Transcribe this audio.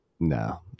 No